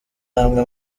amwe